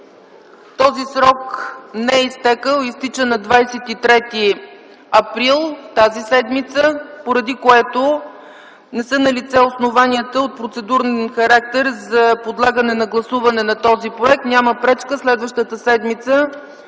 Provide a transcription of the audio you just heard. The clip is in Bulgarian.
този срок не е изтекъл – изтича на 23 април тази седмица, поради което не са налице основания от процедурен характер за подлагане на гласуване на този проект. Няма пречка следващата седмица